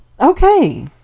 okay